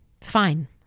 fine